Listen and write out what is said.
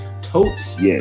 totes